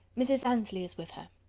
mrs. annesley is with her.